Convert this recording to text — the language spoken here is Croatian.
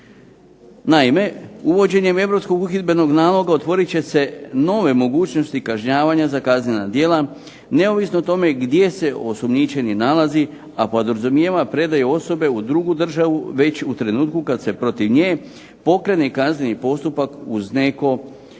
Naime, uvođenjem europskog uhidbenog naloga otvorit će se nove mogućnosti kažnjavanja za kaznena djela, neovisno o tome gdje se osumnjičeni nalazi, a podrazumijeva predaju osobe u drugu državu već u trenutku kad se protiv nje pokrene kazneni postupak uz neko od